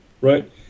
Right